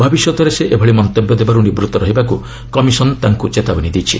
ଭବିଷ୍ୟତରେ ସେ ଏଭଳି ମନ୍ତବ୍ୟ ଦେବାରୁ ନିବୂତ୍ତ ରହିବାକୁ କମିଶନ ତାଙ୍କୁ ଚେତାବନୀ ଦେଇଛି